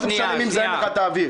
מה זה משנה מי מזהם לך את האוויר?